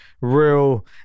Real